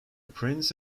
prince